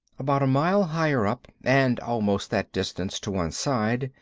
about a mile higher up, and almost that distance to one side,